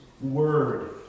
Word